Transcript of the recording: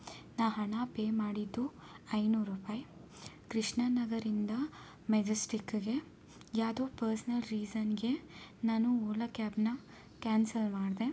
ನಾ ಹಣ ಪೇ ಮಾಡಿದ್ದು ಐನೂರು ರೂಪಾಯಿ ಕೃಷ್ಣನಗರಿಂದ ಮೆಜೆಸ್ಟಿಕ್ಗೆ ಯಾವುದೋ ಪಸ್ನಲ್ ರೀಸನ್ಗೆ ನಾನು ಓಲಾ ಕ್ಯಾಬನ್ನ ಕ್ಯಾನ್ಸಲ್ ಮಾಡಿದೆ